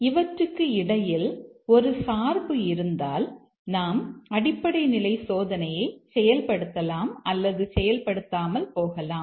இவற்றுக்கு இடையில் ஒரு சார்பு இருந்தால் நாம் அடிப்படை நிலை சோதனையை செயல்படுத்தலாம் அல்லது செயல்படுத்தாமல் போகலாம்